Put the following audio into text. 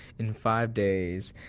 in five days,